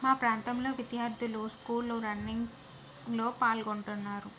మా ప్రాంతంలో విద్యార్థులు స్కూల్లో రన్నింగ్లో పాల్గొంటున్నారు